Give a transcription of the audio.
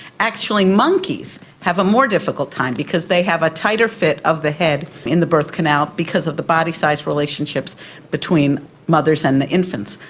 actually monkeys have a more difficult time because they have a tighter fit of the head in the birth canal because of the body size relationships between mothers and their infants.